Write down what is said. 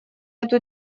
эту